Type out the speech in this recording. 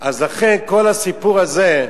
לכן, כל הסיפור הזה,